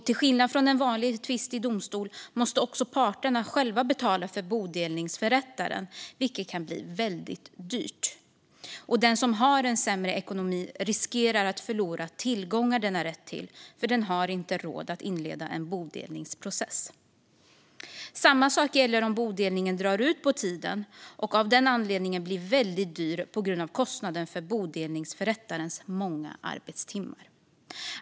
Till skillnad från vid en vanlig tvist i domstol måste också parterna själva betala för bodelningsförrättaren, vilket kan bli väldigt dyrt. Den som har en sämre ekonomi riskerar att förlora tillgångar som den har rätt till därför att den inte har råd att inleda en bodelningsprocess. Samma sak gäller om bodelningen drar ut på tiden och av den anledningen blir väldigt dyr på grund av kostnaden för bodelningsförrättarens många arbetstimmar.